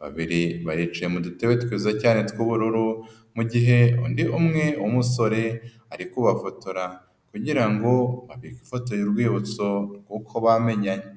babiri bacaye mu dutebe twiza cyane tw'ubururu, mu gihe undi umwe w'umusore ari kubafotora kugira ngo babike ifotoye y'urwibutso rw'uko bamenyanye.